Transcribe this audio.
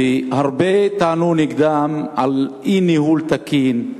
הרבה טענו נגדן על ניהול לא תקין,